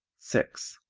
six.